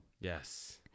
Yes